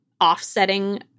offsetting